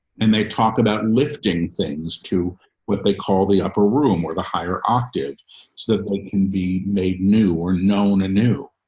and they talk about lifting things to what they call the upper room or the higher octave so that they can be made new or known a new.